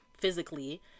physically